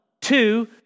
Two